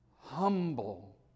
humble